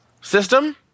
system